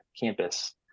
campus